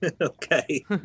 Okay